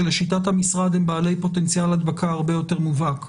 שלשיטת המשרד הם בעלי פוטנציאל הדבקה הרבה יותר מובהק.